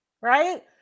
Right